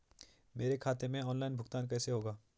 मेरे खाते में ऑनलाइन भुगतान कैसे होगा?